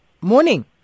Morning